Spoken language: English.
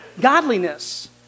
godliness